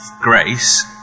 grace